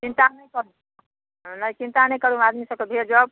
चिन्ता नहि करू चिन्ता नहि करू आदमी सबके भेजब